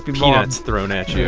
peanuts thrown at you